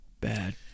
bad